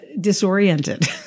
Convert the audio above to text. disoriented